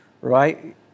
right